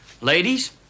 Ladies